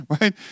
right